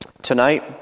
Tonight